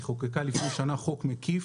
היא חוקקה לפני שנה חוק מקיף,